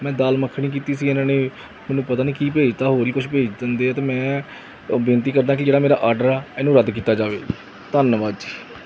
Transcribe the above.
ਮੈਂ ਦਾਲ ਮੱਖਣੀ ਕੀਤੀ ਸੀ ਇਹਨਾਂ ਨੇ ਮੈਨੂੰ ਪਤਾ ਨਹੀਂ ਕੀ ਭੇਜ ਤਾ ਹੋਰ ਹੀ ਕੁਝ ਭੇਜ ਦਿੰਦੇ ਆ ਤੇ ਮੈਂ ਬੇਨਤੀ ਕਰਦਾ ਕੀ ਜਿਹੜਾ ਮੇਰਾ ਆਰਡਰ ਆ ਇਹਨੂੰ ਰੱਦ ਕੀਤਾ ਜਾਵੇ ਧੰਨਵਾਦ ਜੀ